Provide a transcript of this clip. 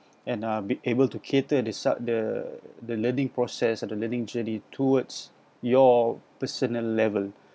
and uh be able to cater the su~ the learning process and the learning journey towards your personal level